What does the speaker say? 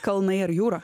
kalnai ar jūra